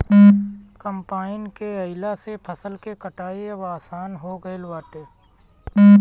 combine के आइला से फसल के कटाई अब आसान हो गईल बाटे